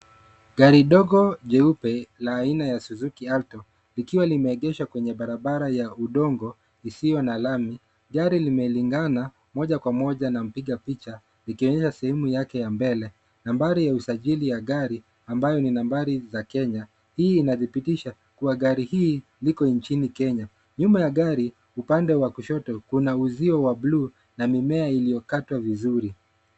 Gari dogo jeupe la aina ya Suzuki Alto, likiwa limeegeshwa kwenye barabara ya udongo isiyo na lami. Gari limelingana moja kwa moja na mpiga picha likionyesha sehemu yake ya mbele. Nambari ya usajili ya gari ambayo ni nambari za Kenya, hii inathibitisha kuwa gari liko nchini Kenya. Nyuma ya gari, upande wa kushoto, kuna uzio wa buluu na mimea iliyokatwa vizuri.